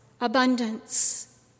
abundance